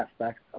aspects